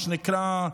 מה שנקרא,